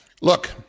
Look